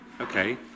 okay